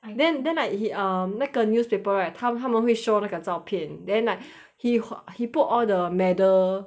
and then then like he um 那个 newspaper right 他他们会 show 那个照片 then like he he put all the medal